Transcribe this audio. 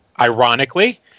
Ironically